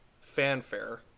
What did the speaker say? fanfare